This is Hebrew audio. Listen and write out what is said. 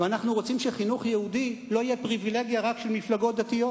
ואנחנו רוצים שחינוך יהודי לא יהיה פריווילגיה רק של מפלגות דתיות.